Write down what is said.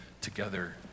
together